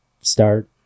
start